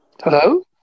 Hello